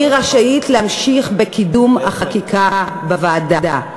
אני רשאית להמשיך בקידום החקיקה בוועדה.